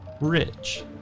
rich